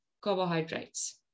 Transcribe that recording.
carbohydrates